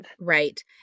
Right